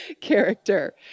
character